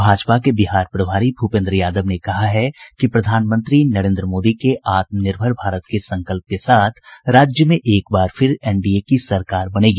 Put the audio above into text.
भाजपा के बिहार प्रभारी भूपेन्द्र यादव ने कहा है कि प्रधानमंत्री नरेन्द्र मोदी के आत्मनिर्भर भारत के संकल्प के साथ राज्य में एक बार फिर एनडीए की सरकार बनेगी